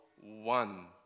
one